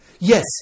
yes